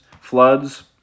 floods